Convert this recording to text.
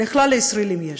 לכלל הישראלים יש,